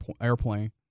airplane